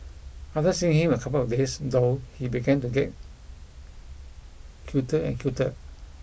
after seeing him a couple of days though he began to get cuter and cuter